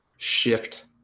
shift